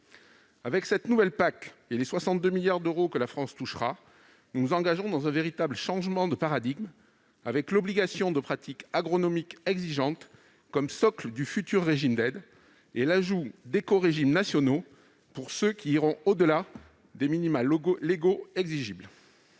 Avec cette nouvelle PAC et les 62 milliards d'euros que la France touchera, nous nous engagerons dans un véritable changement de paradigme avec l'obligation de pratiques agronomiques exigeantes comme socle du futur régime d'aides et l'ajout d'écorégimes nationaux pour ceux qui iront au-delà des minima légaux exigibles.